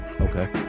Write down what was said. okay